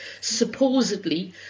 supposedly